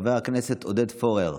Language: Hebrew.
חבר הכנסת עודד פורר,